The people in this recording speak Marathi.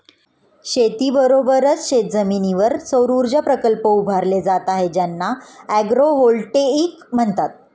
शेतीबरोबरच शेतजमिनीवर सौरऊर्जा प्रकल्प उभारले जात आहेत ज्यांना ॲग्रोव्होल्टेईक म्हणतात